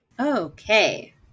okay